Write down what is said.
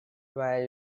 via